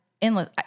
endless